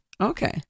Okay